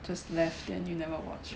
just left then you never watch